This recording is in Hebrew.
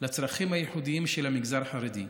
לצרכים הייחודיים של המגזר החרדי.